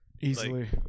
Easily